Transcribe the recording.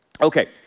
Okay